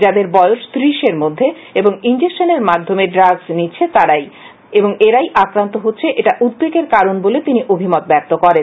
যাদের বয়স ত্রিশ এর মধ্যে এবং ইনজেকশনের মাধ্যমে ড্রাগ নিচ্ছে তারাই আক্রান্ত হচ্ছে এটা উদ্বেগের কারণ বলে তিনি অভিমত ব্যক্ত করেন